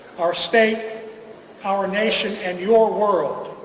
our state our nation and your world.